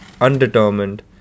undetermined